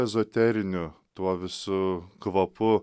ezoteriniu tuo visu kvapu